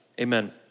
Amen